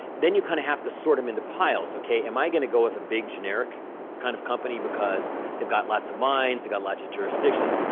then you kind of have to sort them into piles. am i going to go with a big, generic kind of company because they've got lots of mines, they got lots of jurisdictions?